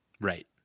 Right